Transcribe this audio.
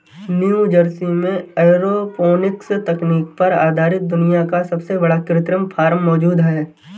New Jersey में aeroponics तकनीक पर आधारित दुनिया का सबसे बड़ा कृत्रिम फार्म मौजूद है